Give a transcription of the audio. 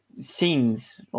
Scenes